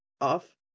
off